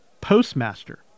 postmaster